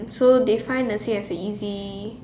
so they find nursing as easy